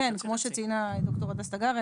כמו שציינה ד"ר הדס תגרי,